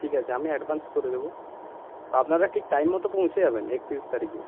ঠিক আছে আমি অ্যাডভান্স করে দেবো আপনারা ঠিক টাইম মতো পৌঁছে যাবেন একত্রিশ তারিখে